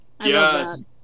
Yes